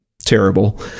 terrible